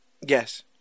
Yes